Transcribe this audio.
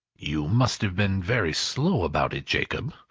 you must have been very slow about it, jacob,